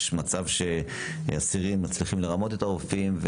יש מצב שאסירים מצליחים לרמות את הרופאים,